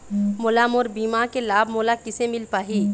मोला मोर बीमा के लाभ मोला किसे मिल पाही?